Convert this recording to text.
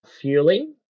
fueling